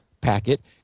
packet